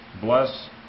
bless